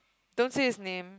don't say his name